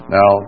Now